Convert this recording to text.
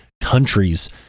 countries